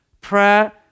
Prayer